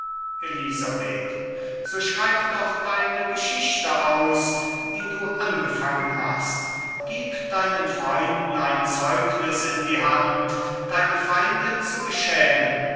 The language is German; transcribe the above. elisabeth so schreib doch deine geschichte aus die du angefangen hast gib deinen freunden ein zeugnis in die hand deine feinde zu beschämen